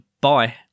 bye